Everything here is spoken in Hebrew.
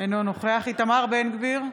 אינו נוכח איתמר בן גביר,